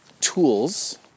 tools